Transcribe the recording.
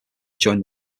joined